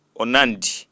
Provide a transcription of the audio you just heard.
onandi